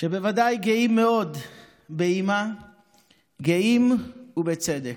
שבוודאי גאים מאוד באימא, גאים, ובצדק.